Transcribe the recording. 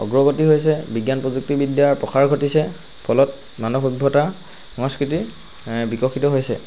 অগ্ৰগতি হৈছে বিজ্ঞান প্ৰযুক্তিবিদ্যাৰ প্ৰসাৰ ঘটিছে ফলত মানৱ সভ্যতা সংস্কৃতি বিকশিত হৈছে